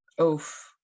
Oof